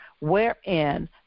wherein